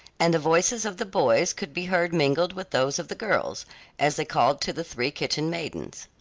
and the voices of the boys could be heard mingled with those of the girls as they called to the three kitchen maidens.